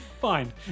Fine